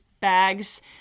bags